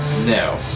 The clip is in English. No